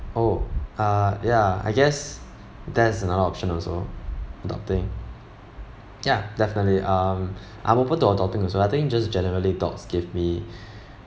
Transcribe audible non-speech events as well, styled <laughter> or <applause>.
oh ah ya I guess that's another option also adopting ya definitely um I'm open to adopting also I think just generally dogs give me <breath>